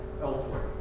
elsewhere